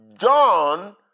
John